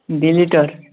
ଦୁଇ ଲିଟର୍